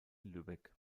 lübeck